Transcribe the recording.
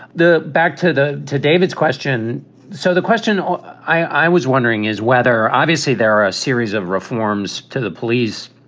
the back to the to david's question so the question i i was wondering is whether obviously there are a series of reforms to the police.